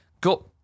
Go